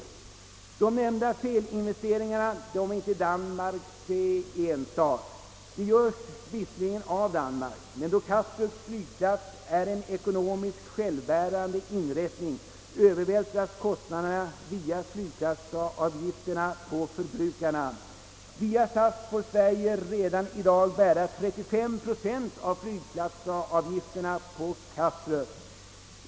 Sådana eventuella felinvesteringar är inte Danmarks ensak. De skulle visserligen göras av Danmark, men då Kastrups flygplats är en ekonomiskt självbärande inrättning övervältras kostnaderna via flygplatsavgifterna på förbrukarna. Via SAS får Sverige redan i dag bära 35 procent av flygplatsavgifterna på Kastrup.